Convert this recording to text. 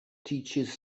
teaches